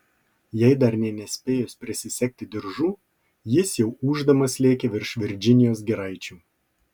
jai dar nė nespėjus prisisegti diržų jis jau ūždamas lėkė virš virdžinijos giraičių